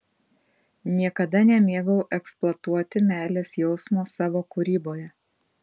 niekada nemėgau eksploatuoti meilės jausmo savo kūryboje